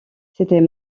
c’était